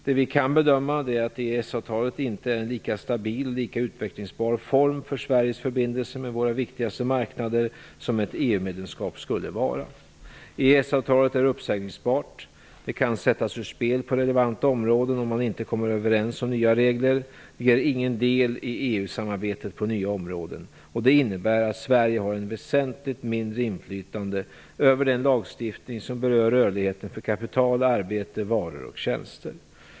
Det vi kan bedöma, det är att EES avtalet inte är en lika stabil och lika utvecklingsbar form för Sveriges förbindelser med våra viktigaste marknader som ett EU-medlemskap skulle vara. EES avtalet är uppsägningsbart. Det kan sättas ur spel på relevanta områden om man inte kommer överens om nya regler. Det ger ingen del i EU-samarbetet på nya områden. Och det innebär att Sverige har ett väsentligt mindre inflytande över den lagstiftning som berör rörligheten för kapital, arbete, varor och tjänster.